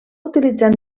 utilitzar